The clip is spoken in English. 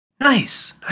Nice